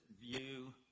view